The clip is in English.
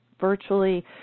virtually